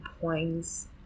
points